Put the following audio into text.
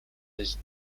his